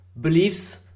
Beliefs